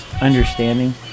understanding